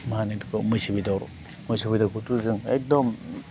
मा होनो बेखौ मैसो बेदर मैसो बेदरखौथ' जों एकदम